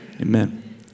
amen